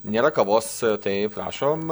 nėra kavos tai prašom